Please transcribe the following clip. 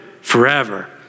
forever